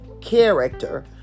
character